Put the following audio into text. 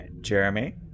Jeremy